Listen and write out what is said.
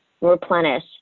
replenish